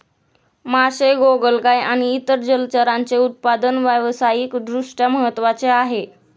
मासे, गोगलगाय आणि इतर जलचरांचे उत्पादन व्यावसायिक दृष्ट्या महत्त्वाचे आहे